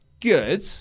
good